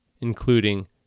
including